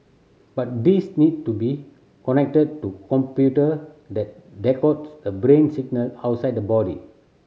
but these need to be connected to computer that decodes the brain signal outside the body